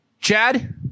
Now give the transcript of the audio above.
Chad